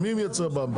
מי מייצר במבה?